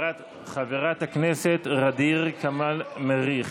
חברת הכנסת ע'דיר כמאל מריח,